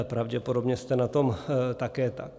Pravděpodobně jste na tom také tak.